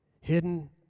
Hidden